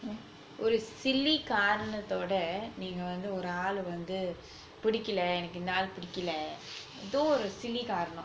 ஒரு:oru silly காரணத்தோட நீங்க வந்து ஒரு ஆளு வந்து புடிக்கல எனக்கு இந்த ஆளு புடிக்கல எதோ ஒரு:karanathoda neenga vanthu oru aalu vanthu pudikkala enakku intha aalu pudikkala etho oru silly காரணம்:karanam